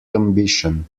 ambition